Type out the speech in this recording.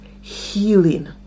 healing